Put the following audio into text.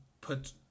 put